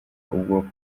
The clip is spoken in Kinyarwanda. ubwoko